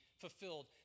fulfilled